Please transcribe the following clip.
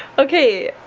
okay